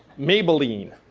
maybelline.